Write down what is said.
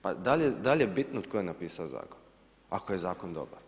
Pa da li je bitno tko je napisao zakon ako je zakon dobar?